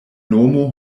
nomo